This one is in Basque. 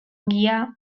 ogia